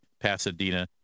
pasadena